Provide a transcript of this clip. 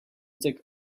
took